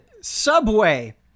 Subway